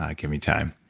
ah give me time.